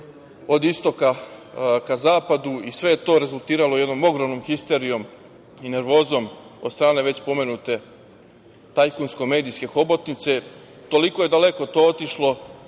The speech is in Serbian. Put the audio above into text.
od istoka ka zapadu i sve je to rezultiralo jednom ogromnom histerijom i nervozom od strane već pomenute tajkunsko-medijske hobotnice. Toliko je daleko to otišlo